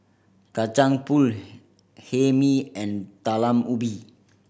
Kacang Pool Hae Mee and Talam Ubi